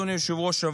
אדוני היושב-ראש,